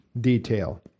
detail